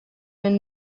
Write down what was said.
and